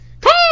Cool